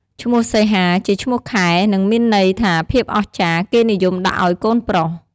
ឈ្មោះសីហា ជាឈ្មោះខែ និងមានន័យថាភាពអស្ចារ្យ គេនិយមដាក់ឲ្យកូនប្រុស។